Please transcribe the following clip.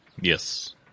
Yes